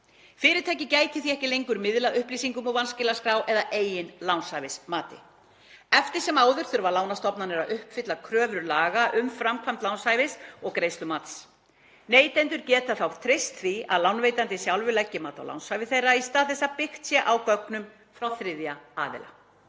Fyrirtækið gæti því ekki lengur miðlað upplýsingum úr vanskilaskrá eða eigin lánshæfismati. Eftir sem áður þurfa lánastofnanir að uppfylla kröfur laga um framkvæmd lánshæfis- og greiðslumats. Neytendur geta þá treyst því að lánveitandi sjálfur leggi mat á lánshæfi þeirra í stað þess að byggt sé á gögnum frá þriðja aðila.